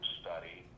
study